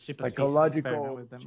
psychological